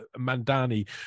Mandani